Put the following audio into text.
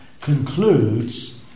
concludes